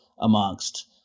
amongst –